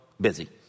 busy